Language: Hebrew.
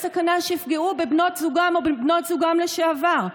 סכנה שיפגעו בבנות זוגם או בבנות זוגם לשעבר,